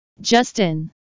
Justin